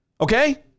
Okay